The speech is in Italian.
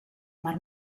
mar